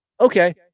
Okay